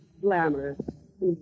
glamorous